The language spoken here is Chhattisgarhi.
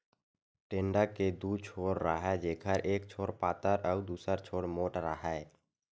टेंड़ा के दू छोर राहय जेखर एक छोर पातर अउ दूसर छोर मोंठ राहय